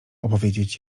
opowiedzieć